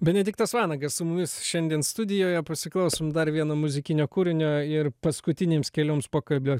benediktas vanagas su mumis šiandien studijoje pasiklausom dar vieno muzikinio kūrinio ir paskutinėms kelioms pokalbio